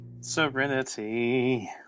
Serenity